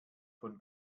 von